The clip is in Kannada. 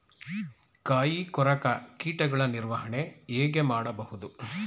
ಕಾಯಿ ಕೊರಕ ಕೀಟಗಳ ನಿರ್ವಹಣೆ ಹೇಗೆ ಮಾಡಬಹುದು?